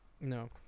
No